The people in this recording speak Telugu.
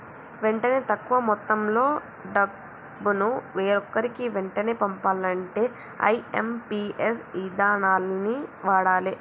వెంటనే తక్కువ మొత్తంలో డబ్బును వేరొకరికి వెంటనే పంపాలంటే ఐ.ఎమ్.పి.ఎస్ ఇదానాన్ని వాడాలే